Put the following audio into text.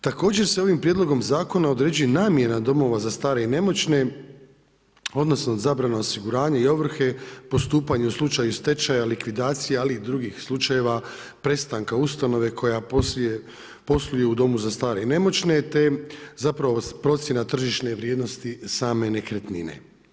Također se ovim prijedlogom zakona određuje namjena domova za starije i nemoćne odnosno zabrana osiguranja i ovrhe, postupanje u slučaju stečaja, likvidacija ali i drugih slučajeva prestanka ustanove koje posluje u domu za stare i nemoćne te zapravo procjena tržišne vrijednosti same nekretnine.